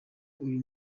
uyu